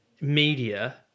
media